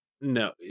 no